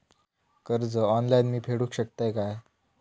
कर्ज ऑनलाइन मी फेडूक शकतय काय?